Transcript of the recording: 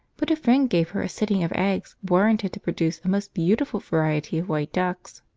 but a friend gave her a sitting of eggs warranted to produce a most beautiful variety of white ducks.